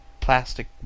plastic